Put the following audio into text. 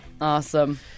Awesome